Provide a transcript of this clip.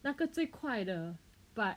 那个最快的 but